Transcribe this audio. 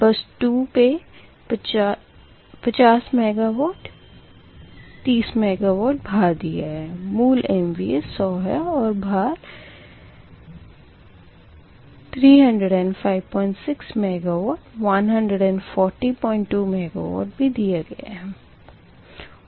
बस 2 पे 50 megawatt 30 megawatt भार दिया है मूल MVA 100 है और भार 3056 मेगावाट 1402 मेगावाट भी दिया गया है